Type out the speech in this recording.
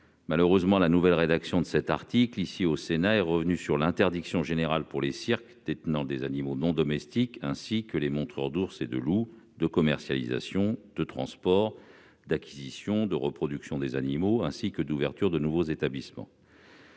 d'une nouvelle rédaction de l'article 12, est revenu sur l'interdiction générale pour les cirques détenant des animaux non domestiques, ainsi que pour les montreurs d'ours et de loups, de commercialisation, transport, acquisition, reproduction des animaux et ouverture de nouveaux établissements.